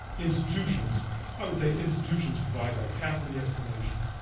institutions i would say institutions provide about half of the explanation.